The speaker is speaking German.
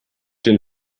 den